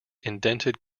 indented